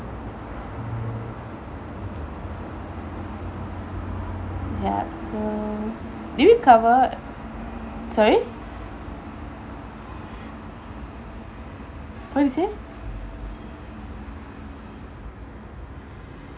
ya so did you cover sorry what you say